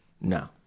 no